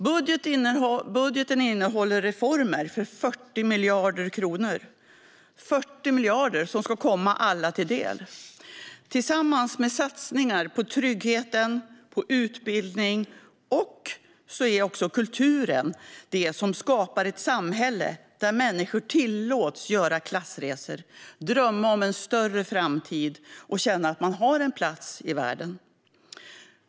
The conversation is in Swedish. Budgeten innehåller reformer för 40 miljarder kronor. Det är 40 miljarder som ska komma alla till del. Tillsammans med satsningar på trygghet och utbildning är kulturen det som skapar ett samhälle där människor tillåts göra klassresor, drömma om en större framtid och känna att de har en plats i världen.